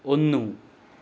ഒന്നു